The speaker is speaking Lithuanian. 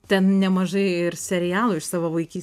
ten nemažai ir serialų iš savo vaikys